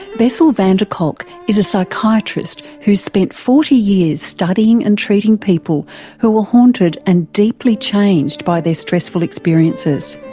bessel van der kolk is a psychiatrist who's spent forty years studying and treating people who were haunted and deeply changed by their stressful experiences.